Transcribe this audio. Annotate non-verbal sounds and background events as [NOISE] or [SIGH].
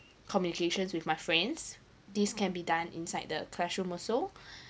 communications with my friends these can be done inside the classroom also [BREATH]